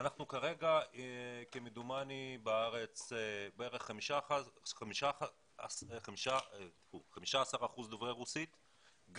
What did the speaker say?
אנחנו כרגע כמדומני בארץ בערך 20%-15% דוברי רוסית,